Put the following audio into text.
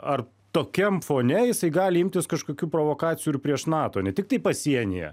ar tokiam fone jisai gali imtis kažkokių provokacijų ir prieš nato ne tiktai pasienyje